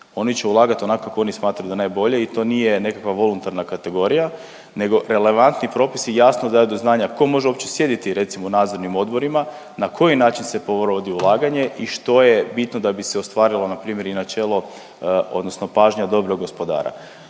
Oni će ulagat onako kako oni smatraju da je najbolje i to nije nekakav voluntarna kategorija nego relevantni propisi i jasno daju do znanja tko može uopće sjediti recimo u nadzornim odborima, na koji način se provodi ulaganje i što je bitno da bi se ostvarilo npr. i načelo odnosno pažnja dobro gospodara.